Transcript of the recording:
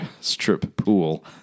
Strip-pool